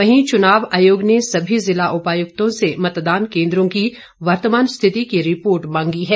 वहीं चुनाव आयोग ने सभी जिला उपायुक्तों से मतदान केन्द्रों की वर्तमान स्थिति की रिपोर्ट मांगी है